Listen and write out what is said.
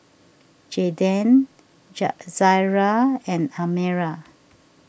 Jaeden Jar Zaria and Almira